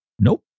Nope